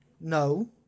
No